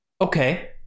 okay